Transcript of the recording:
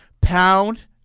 pound